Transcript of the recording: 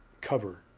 cover